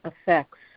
effects